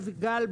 אביגל,